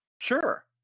sure